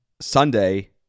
Sunday